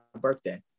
birthday